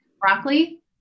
Broccoli